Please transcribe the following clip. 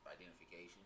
identification